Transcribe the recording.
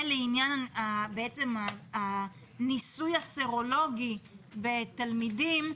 ולעניין הניסוי הסרולוגי בתלמידים,